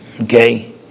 Okay